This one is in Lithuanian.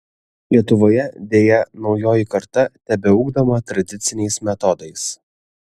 lietuvoje deja naujoji karta tebeugdoma tradiciniais metodais